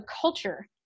culture